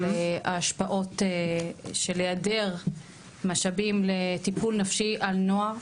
על ההשפעות של העדר משאבים לטיפול נפשי על נוער,